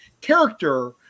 character